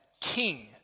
king